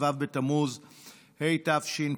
ט"ו בתמוז התשפ"ב,